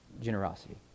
generosity